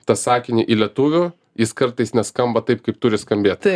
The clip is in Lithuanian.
tą sakinį į lietuvių jis kartais neskamba taip kaip turi skambėt